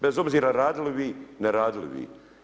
Bez obzira radili vi, ne radili vi.